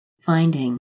finding